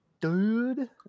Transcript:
dude